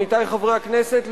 עמיתי חברי הכנסת,